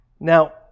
Now